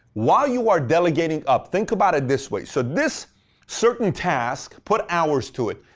while you are delegating up, think about it this way. so this certain task, put hours to it,